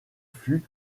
fut